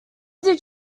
did